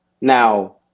Now